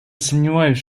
сомневаюсь